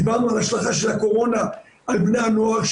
דיברנו על ההשלכה של הקורונה על בני הנוער,